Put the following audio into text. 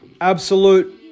Absolute